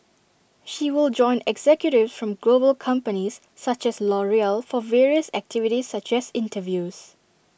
she will join executives from global companies such as L'Oreal for various activities such as interviews